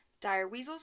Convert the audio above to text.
direweasels